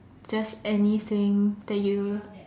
just anything that you